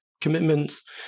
commitments